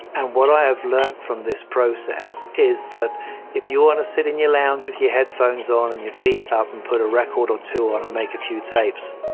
and what i have learnt from this process is that if you want to sit in your lounge with your headphones on and your feet up, and put a record or two on, and make a few tapes,